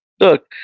look